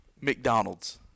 McDonald's